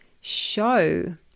show